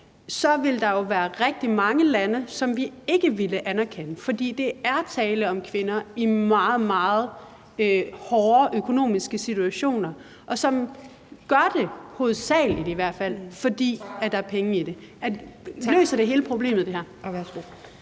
så vil der jo være rigtig mange lande, som vi ikke ville anerkende aftaler fra, fordi der er tale om kvinder i meget, meget hårde økonomiske situationer, som indgår aftaler – hovedsagelig, i hvert fald – fordi der er penge i det. Løser det her hele problemet?